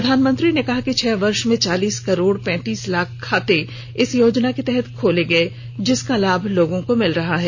प्रधानमंत्री ने कहा कि छह वर्ष में चालीस करोड़ पैंतीस लाख खाते इस योजना के तहत खोले गये हैं जिसका लाभ लोगों को मिल रहा है